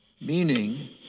Meaning